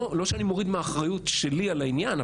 לא שאני מוריד מהאחריות שלי על העניין,